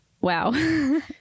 wow